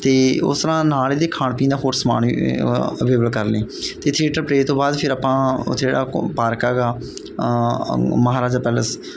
ਅਤੇ ਉਸ ਤਰ੍ਹਾਂ ਨਾਲ ਇਹਦੇ ਖਾਣ ਪੀਣ ਦਾ ਹੋਰ ਸਮਾਨ ਅਵੇਲੇਵਲ ਕਰ ਲੀ ਅਤੇ ਥਈਏਟਰ ਪਲੇਅ ਤੋਂ ਬਾਅਦ ਫਿਰ ਆਪਾਂ ਉੱਥੇ ਜਿਹੜਾ ਪਾਰਕ ਹੈਗਾ ਮਹਾਰਾਜਾ ਪੈਲਸ